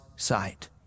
Sight